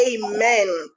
Amen